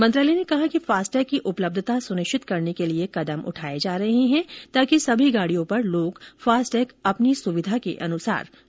मंत्रालय ने कहा कि फास्टैग की उपलब्धता सुनिश्चित करने के लिए कदम उठाए जा रहे हैं ताकि सभी गाड़ियों पर लोग फास्टैग अपनी सुविधा के अनुसार लगवा सकें